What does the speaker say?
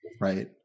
Right